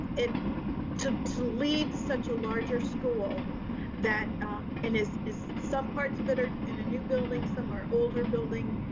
it took to lead such a larger school that i'm in is is some parts of it are in a new building. some are older building.